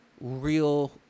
real